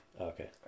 Okay